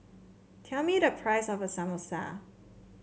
tell me the price of Samosa